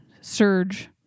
surge